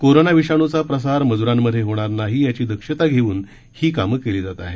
corona विषाणूचा प्रसार मजुरांमध्ये होणार नाही याची दक्षता घेऊन ही कामं केली जात आहेत